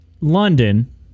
London